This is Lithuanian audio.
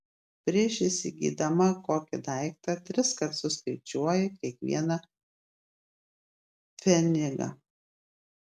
prieš įsigydama kokį daiktą triskart suskaičiuoja kiekvieną pfenigą